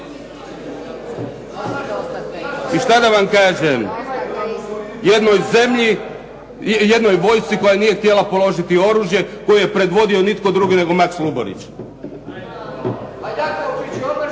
A što da vam kažem, jednoj vojsci koja nije htjela položiti oružje, koju je predvodio nitko drugi nego Maks Luburić.